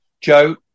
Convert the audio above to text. Joe